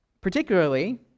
Particularly